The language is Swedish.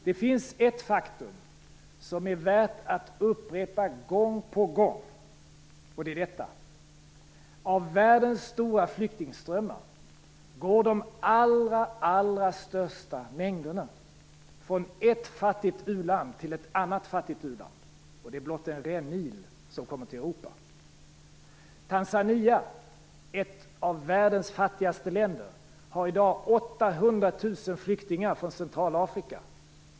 Det finns ett faktum som är värt att upprepa gång på gång: Av världens stora flyktingströmmar går de allra största mängderna från ett fattigt u-land till ett annat fattigt u-land. Det är blott en rännil som kommer till Tanzania, ett av världens fattigaste länder, har i dag 800 000 flyktingar från Centralafrika.